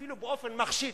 אפילו באופן מחשיד,